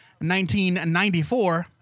1994